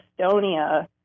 Estonia